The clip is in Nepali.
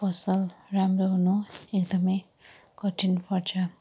फसल राम्रो हुनु एकदमै कठिन पर्छ